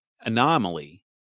anomaly